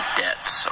debts